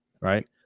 right